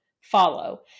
follow